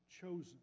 chosen